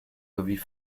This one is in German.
sowie